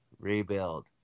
Rebuild